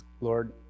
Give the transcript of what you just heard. Lord